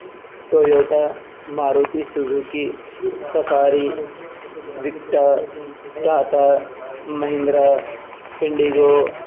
Toyota Maruti Suzuki Safari وکٹا Tata Mahindra Indigo